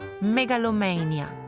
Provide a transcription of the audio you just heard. megalomania